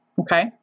Okay